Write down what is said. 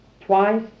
twice